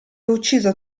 ucciso